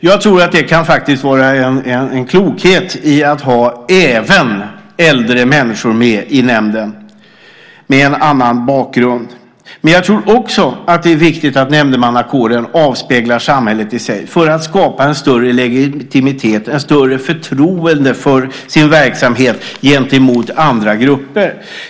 Jag tror att det kan vara en klokhet i att ha även äldre människor, med en annan bakgrund, med i nämnden. Jag tror också att det är viktigt att nämndemannakåren avspeglar samhället i sig, för att skapa en större legitimitet och skapa ett större förtroende för sin verksamhet gentemot andra grupper.